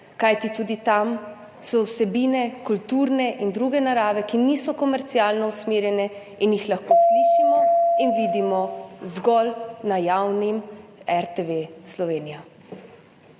kajti tudi tam so vsebine kulturne in druge narave, ki niso komercialno usmerjene in jih lahko slišimo in vidimo zgolj na javni RTV Slovenija.